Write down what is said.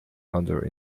under